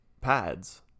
pads